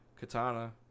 Katana